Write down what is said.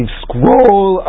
scroll